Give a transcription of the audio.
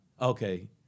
okay